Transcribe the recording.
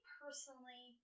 personally